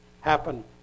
happen